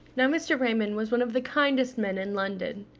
now mr. raymond was one of the kindest men in london.